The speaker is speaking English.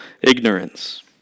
ignorance